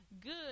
Good